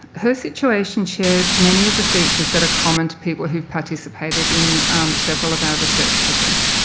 her situation shares many of the features that are common to people who have participated in several of our research projects.